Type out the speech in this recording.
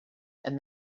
and